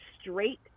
straight